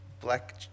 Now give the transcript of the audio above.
Black